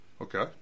Okay